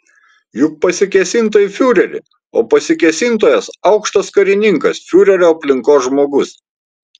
juk pasikėsinta į fiurerį o pasikėsintojas aukštas karininkas fiurerio aplinkos žmogus